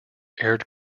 aired